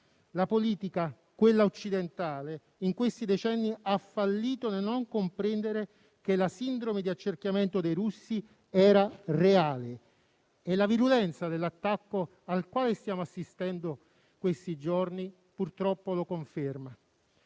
La politica, quella occidentale, in questi decenni ha fallito nel non comprendere che la sindrome di accerchiamento dei russi era reale e la virulenza dell'attacco al quale stiamo assistendo questi giorni purtroppo lo conferma.